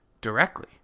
directly